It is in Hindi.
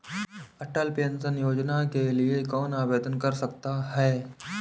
अटल पेंशन योजना के लिए कौन आवेदन कर सकता है?